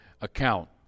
account